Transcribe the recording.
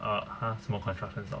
(uh huh) 什么 construction